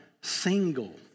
single